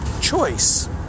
choice